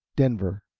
denver,